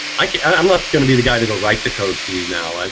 like yeah i'm not gonna be the guy that go write the code for you now, and